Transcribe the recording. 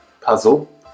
puzzle